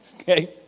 Okay